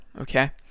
okay